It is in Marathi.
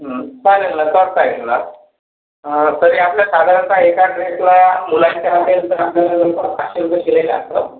चालेल ना त्यात काय ना तरी आपल्याला साधारनता एका ड्रेसला मुलाच्या मोठ्यांच्या साधारनता पाचशे रुपये शिलाई लागतं